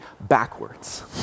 backwards